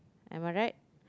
am I right